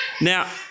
Now